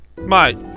Mate